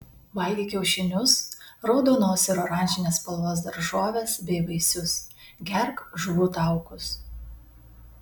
valgyk kiaušinius raudonos ir oranžinės spalvos daržoves bei vaisius gerk žuvų taukus